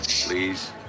please